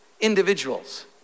individuals